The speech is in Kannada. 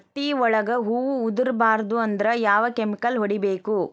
ಹತ್ತಿ ಒಳಗ ಹೂವು ಉದುರ್ ಬಾರದು ಅಂದ್ರ ಯಾವ ಕೆಮಿಕಲ್ ಹೊಡಿಬೇಕು?